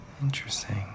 Interesting